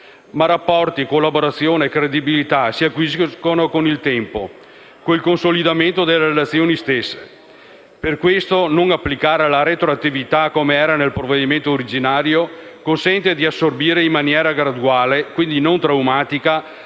Rapporti, collaborazione, credibilità si acquisiscono però con il tempo, con il consolidamento delle relazioni stesse; per questo non applicare la retroattività, come previsto nel provvedimento originario, consente di assorbire in maniera graduale, quindi non traumatica,